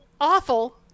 awful